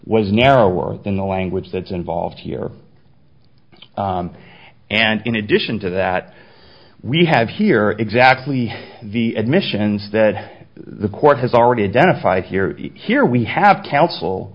was narrower than the language that's involved here and in addition to that we have here exactly the admissions that the court has already identified here here we have counsel